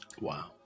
Wow